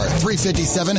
.357